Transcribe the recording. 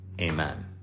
Amen